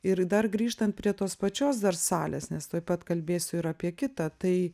ir dar grįžtant prie tos pačios dar salės nes tuoj pat kalbėsiu ir apie kitą tai